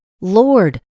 Lord